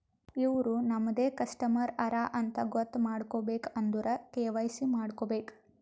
ಇವ್ರು ನಮ್ದೆ ಕಸ್ಟಮರ್ ಹರಾ ಅಂತ್ ಗೊತ್ತ ಮಾಡ್ಕೋಬೇಕ್ ಅಂದುರ್ ಕೆ.ವೈ.ಸಿ ಮಾಡ್ಕೋಬೇಕ್